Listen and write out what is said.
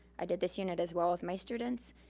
i did this unit, as well, with my students,